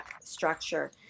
structure